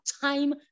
time